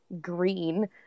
green